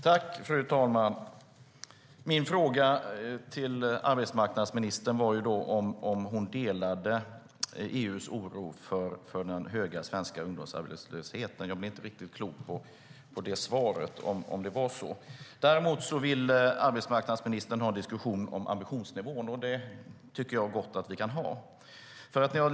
Fru talman! Min fråga till arbetsmarknadsministern var om hon delade EU:s oro för den höga svenska ungdomsarbetslösheten. Jag blev inte riktigt klok på svaret och om det var så. Däremot vill arbetsmarknadsministern ha en diskussion om ambitionsnivån, och det tycker jag gott att vi kan ha.